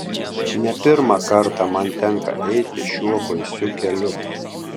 ne pirmą kartą man tenka eiti šiuo baisiu keliu